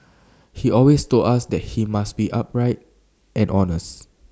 he always told us that he must be upright and honest